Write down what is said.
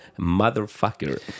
Motherfucker